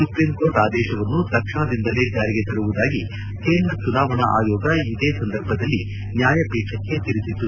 supreme court ಆದೇಶವನ್ನು ತಕ್ಷಣದಿಂದಲೇ ಜಾರಿಗೆ ತರುವುದಾಗಿ ಕೇಂದ್ರ ಚುನಾವಣಾ ಆಯೋಗ ಇದೇ ಸಂದರ್ಭದಲ್ಲಿ ನ್ಯಾಯಪೀಠಕ್ಕೆ ತಿಳಿಸಿತು